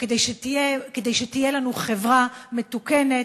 כדי שתהיה לנו חברה מתוקנת,